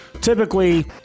typically